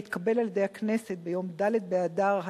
התקבל על-ידי הכנסת ביום ד' באדר התשע"ב,